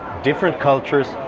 different cultures,